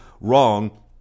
wrong